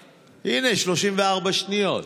הינה, 34 שניות.